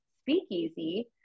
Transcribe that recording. speakeasy